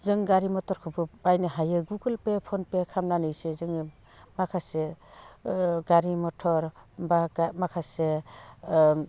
जों गारि मथरफोरखौ बायनो हायो गुगोल पे फन पे खालामनानै जे जोङो माखासे गारि मथर बा माखासे